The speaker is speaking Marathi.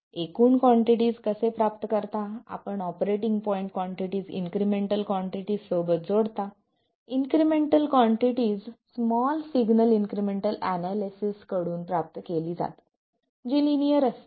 आपण एकूण कॉन्टिटीस कसे प्राप्त करता आपण operating point quantities incremental quantities सोबत जोडता incremental quantities small signal incremental analysis कडून प्राप्त केली जातात जी लिनियर असते